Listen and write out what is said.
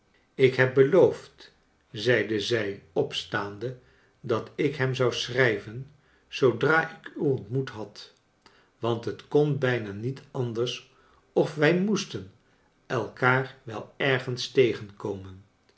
ik heb beloofd zeide zij opstaande dat ik hem zou schrijven zoodra ik u ontmoet had want het kon bijna niet anders of wij moesten elkaar wel ergens tegenkomen